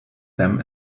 them